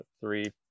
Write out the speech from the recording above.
three